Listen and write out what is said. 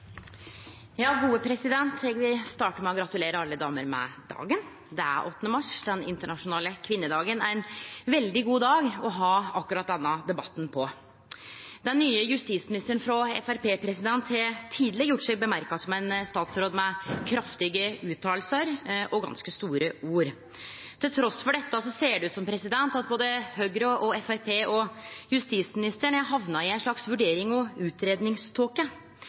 mars, den internasjonale kvinnedagen, ein veldig god dag å ha akkurat denne debatten på. Den nye justisministeren frå Framstegspartiet har tidleg blitt lagt merke til som ein statsråd med kraftige utsegner og ganske store ord. Trass i dette ser det ut som om både Høgre, Framstegspartiet og justisministeren har hamna i ei slags